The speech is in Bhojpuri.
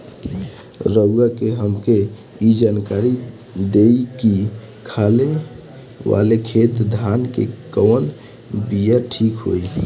रउआ से हमके ई जानकारी देई की खाले वाले खेत धान के कवन बीया ठीक होई?